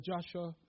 Joshua